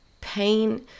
pain